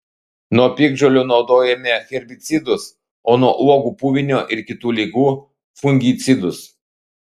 nuo piktžolių naudojome herbicidus o nuo uogų puvinio ir kitų ligų fungicidus